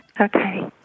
Okay